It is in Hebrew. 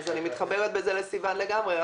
אז אני מתחברת בזה לסיון לגמרי.